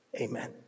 amen